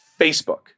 Facebook